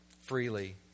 freely